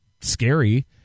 scary